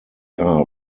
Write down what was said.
are